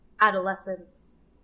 adolescence